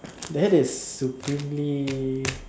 that is supremely